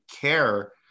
care